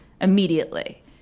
immediately